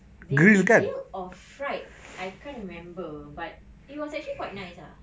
they grill or fried I can't remember but it was actually quite nice lah